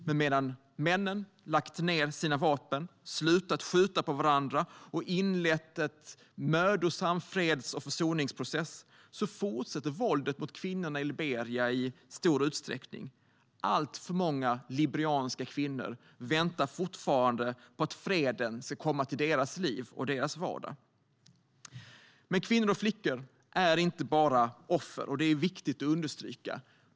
Men medan männen har lagt ned sina vapen, slutat skjuta på varandra och inlett en mödosam freds och försoningsprocess fortsätter våldet mot kvinnorna i Liberia i stor utsträckning. Alltför många liberianska kvinnor väntar fortfarande på att freden ska komma till deras liv och deras vardag. Men kvinnor och flickor är inte bara offer; det är viktigt att understryka.